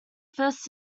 first